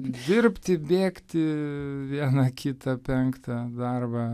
dirbti bėgti vieną kitą penktą darbą